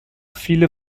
viele